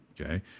okay